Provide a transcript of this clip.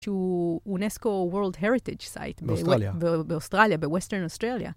UNESCO World Heritage Site באוסטרליה, בווסטרן אוסטרליה.